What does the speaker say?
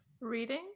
reading